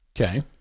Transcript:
Okay